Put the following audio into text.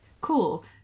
Cool